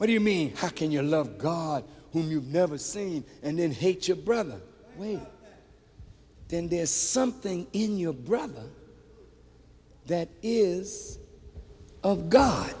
what do you mean how can you love god whom you've never seen and then hate your brother then there's something in your brother that is of god